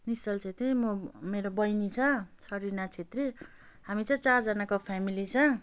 निश्चल छेत्री म मेरो बहिनी छ सरिना छेत्री हामी चाहिँ चारजनाको फेमेली छ